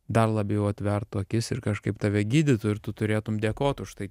dar labiau atvertų akis ir kažkaip tave gydytų ir tu turėtum dėkot už tai